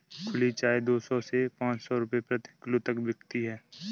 खुली चाय दो सौ से पांच सौ रूपये प्रति किलो तक बिकती है